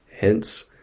Hence